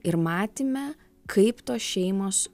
ir matyme kaip tos šeimos